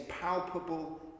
palpable